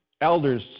elders